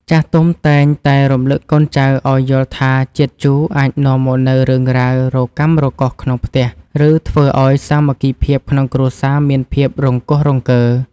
ចាស់ទុំតែងតែរំលឹកកូនចៅឱ្យយល់ថាជាតិជូរអាចនាំមកនូវរឿងរ៉ាវរកាំរកូសក្នុងផ្ទះ ឬ ធ្វើឱ្យសាមគ្គីភាពក្នុងគ្រួសារមានភាពរង្គោះរង្គើ។